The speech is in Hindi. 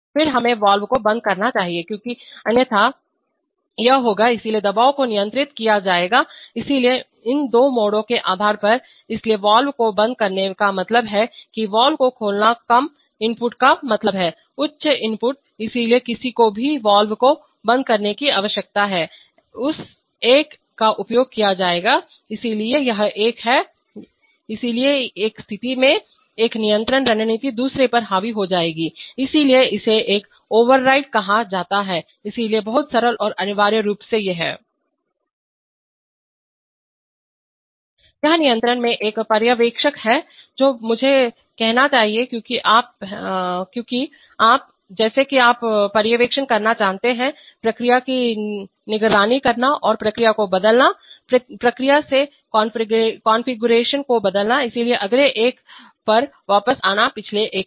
फिर हमें वाल्व को बंद करना चाहिए क्योंकि अन्यथा यह होगा इसलिए दबाव को नियंत्रित किया जाएगा इसलिए इन दो मोडों के आधार पर इसलिए वाल्व को बंद करने का मतलब है कि वाल्व को खोलना कम इनपुट का मतलब है उच्च इनपुट इसलिए किसी को भी वाल्व को बंद करने की आवश्यकता है उस एक का उपयोग किया जाएगा इसलिए यह एक है इसलिए एक स्थिति में एक नियंत्रण रणनीति दूसरे पर हावी हो जाएगी इसलिए इसे एक ओवरराइड कहा जाता है इसलिए बहुत सरल और अनिवार्य रूप से ये हैं यह नियंत्रण में एक पर्यवेक्षक है जो मुझे कहना चाहिए क्योंकि आप हैं क्योंकि जैसे कि आप पर्यवेक्षण करना जानते हैं प्रक्रिया की निगरानी करना और प्रक्रिया को बदलना प्रक्रिया के कॉन्फ़िगरेशन को बदलना इसलिए अगले एक पर वापस आना पिछले एक है